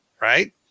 right